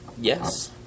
Yes